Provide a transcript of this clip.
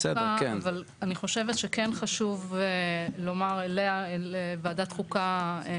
חשוב לומר שיש חובת דיווח לוועדת חוקה.